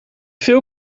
veel